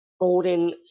Golden